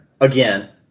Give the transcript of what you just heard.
again